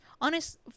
honest